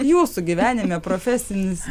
jūsų gyvenime profesinis